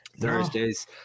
Thursdays